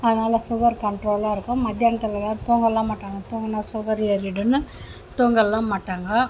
அதனால் சுகரு கண்ட்ரோலாக இருக்கும் மதியானத்திலலாம் தூங்கலாம் மாட்டாங்க தூங்கினா சுகரு ஏறிடும்னு தூங்கலாம் மாட்டாங்க